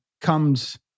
comes